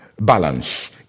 balance